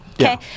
okay